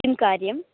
किं कार्यं